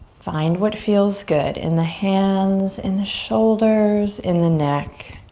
find what feels good in the hands, in the shoulders, in the neck.